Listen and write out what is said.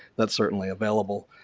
that's certainly available.